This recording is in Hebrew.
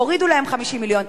הורידו להם 50 מיליון.